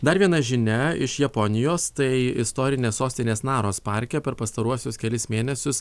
dar viena žinia iš japonijos tai istorinės sostinės naros parke per pastaruosius kelis mėnesius